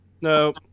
No